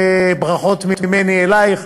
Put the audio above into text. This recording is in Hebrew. קודם כול, אני רוצה לברך את אורית.